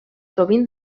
sovint